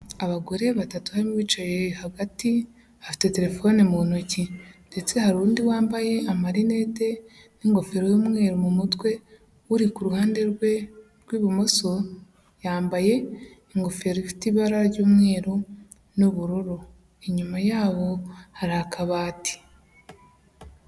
Abagore batatu harimo uwicaye hagati afite telefone mu ntoki ndetse hari undi wambaye amarinete n'ingofero y'umweru mu mutwe uri ku ruhande rwe rw'ibumoso, yambaye ingofero ifite ibara ry'umweru n'ubururu, inyuma yabo hari akabati.